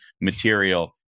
material